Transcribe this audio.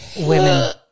women